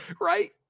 Right